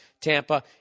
Tampa